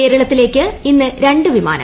കേരളത്തിലേക്ക് ഇന്ന് രണ്ട് വിമാനങ്ങൾ